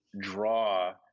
draw